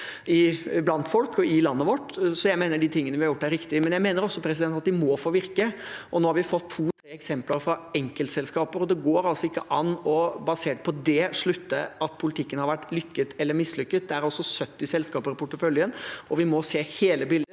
blant folk i landet vårt, så jeg mener de tingene vi har gjort, er riktige. Men jeg mener også at de må få virke. Nå har vi fått to–tre eksempler fra enkeltselskaper, og det går ikke an basert på det å slutte om politikken har vært vellykket eller mislykket. Det er 70 selskaper i porteføljen, og vi må se hele bildet